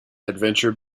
adventure